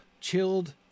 chilled